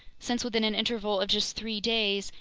since within an interval of just three days,